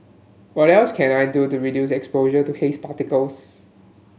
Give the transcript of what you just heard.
what else can I do to reduce exposure to haze particles